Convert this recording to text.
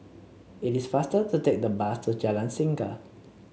it is faster to take the bus to Jalan Singa